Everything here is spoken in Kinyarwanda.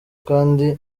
kandi